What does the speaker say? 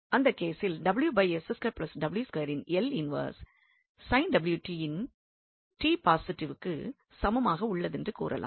அந்த கேசில் யின் L இன்வெர்ஸ் உடன் t பாசிட்டிவ்க்கு சமமாக உள்ளதென்று கூறலாம்